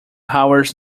hours